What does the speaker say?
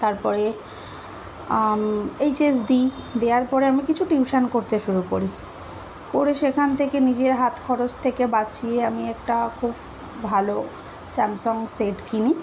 তারপরে H S দিই দেওয়ার পরে আমি কিছু টিউশান করতে শুরু করি করে সেখান থেকে নিজের হাত খরচ থেকে বাঁচিয়ে আমি একটা খুব ভালো স্যামসাং সেট কিনি